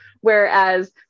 whereas